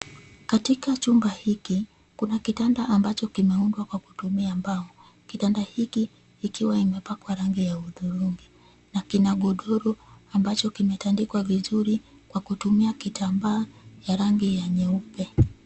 Katika chumba hiki kuna kitanda ambacho kimeundwa kwa kutumia mbao. Kitanda hiki ikiwa imepakwa rangi ya hudhurungi. Na kina godoro ambacho kimetandikwa vizuri kwa kutumia kitambaa ya rangi ya nyeupe.